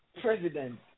president